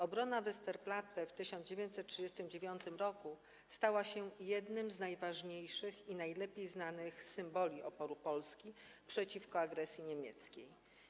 Obrona Westerplatte w 1939 r. stała się jednym z najważniejszych i najlepiej znanych symboli oporu Polski przeciwko agresji niemieckiej.